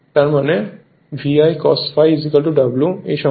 মানে Vi cos ∅ W একই সম্পর্ক